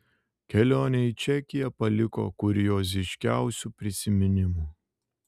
kelionė į čekiją paliko kurioziškiausių prisiminimų